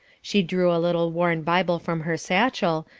she drew a little worn bible from her satchel,